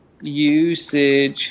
usage